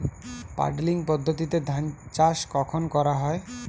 Puddling পদ্ধতিতে ধান চাষ কখন করা হয়?